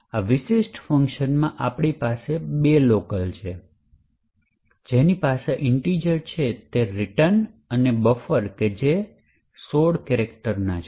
આ વિશિષ્ટ ફંકશનમાં આપણી પાસે બે લોકલ છે જેની પાસે પૂર્ણાંક છે જે RET અને buffer જે 16 કેરેક્ટરનો છે